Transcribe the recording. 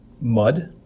mud